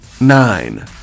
Nine